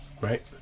right